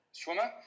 swimmer